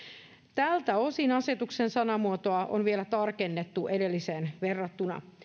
tältä osin asetuksen sanamuotoa on vielä tarkennettu edelliseen verrattuna